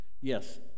Yes